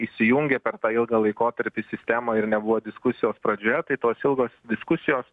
įsijungia per tą ilgą laikotarpį į sistemą ir nebuvo diskusijos pradžioje tai tos ilgos diskusijos